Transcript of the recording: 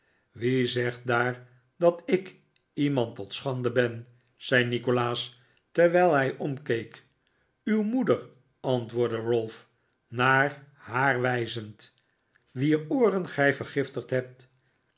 wie zegt daar dat ik iemand tot schande ben zei nikolaas terwijl hij omkeek uw moeder antwoordde ralph naar haar wijzend wier ooren gij vergiftigd hebt